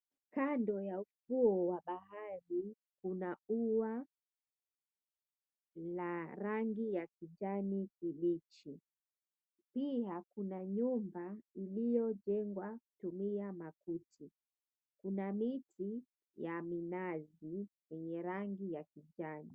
Kando ya ufuo wa bahari kuna ua la rangi ya kijani kibichi. Pia kuna nyumba iliyojengwa kutumia makuti. Kuna miti ya minazi yenye rangi ya kijani .